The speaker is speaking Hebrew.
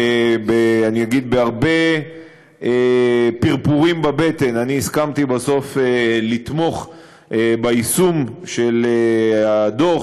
שבהרבה פרפורים בבטן הסכמתי בסוף לתמוך ביישום של הדוח